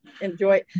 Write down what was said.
enjoy